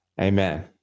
amen